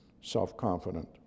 self-confident